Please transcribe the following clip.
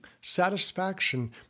satisfaction